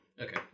Okay